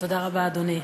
תודה רבה, אדוני.